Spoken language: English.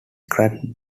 cracked